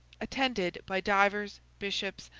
attended by divers bishops,